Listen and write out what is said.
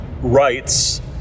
rights